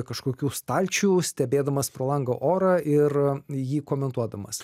kažkokių stalčių stebėdamas pro langą orą ir jį komentuodamas